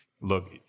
Look